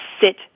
sit